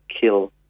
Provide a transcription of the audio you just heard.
kill